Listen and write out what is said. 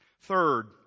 Third